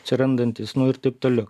atsirandantys nu ir taip toliau